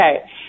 Okay